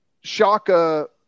Shaka